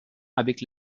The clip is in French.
avec